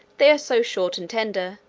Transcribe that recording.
they are so short and tender,